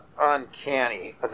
uncanny